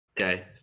okay